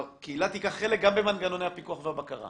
שהקהילה תיקח חלק גם במנגנוני הפיקוח והבקרה,